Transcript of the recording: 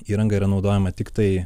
įranga yra naudojama tiktai